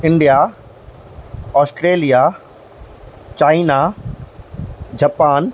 India Australia China Japan